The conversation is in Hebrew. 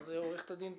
אז עורכת הדין טפליץ,